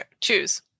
choose